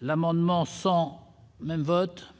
l'amendement 100 même vote.